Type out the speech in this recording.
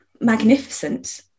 magnificent